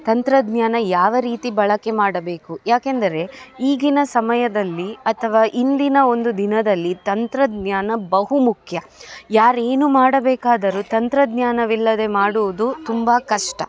ತಂತ್ರಜ್ಞಾನ ಯಾವ ರೀತಿ ಬಳಕೆ ಮಾಡಬೇಕು ಯಾಕೆಂದರೆ ಈಗಿನ ಸಮಯದಲ್ಲಿ ಅಥವಾ ಇಂದಿನ ಒಂದು ದಿನದಲ್ಲಿ ತಂತ್ರಜ್ಞಾನ ಬಹುಮುಖ್ಯ ಯಾರು ಏನು ಮಾಡಬೇಕಾದರೂ ತಂತ್ರಜ್ಞಾನವಿಲ್ಲದೇ ಮಾಡುವುದು ತುಂಬ ಕಷ್ಟ